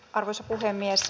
arvoisa puhemies